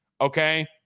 okay